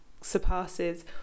surpasses